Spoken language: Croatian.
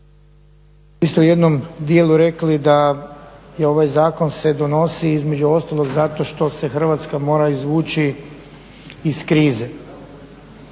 ste u jednom dijelu rekli da se ovaj zakon donosi između ostalog zato što se Hrvatska mora izvući iz krize.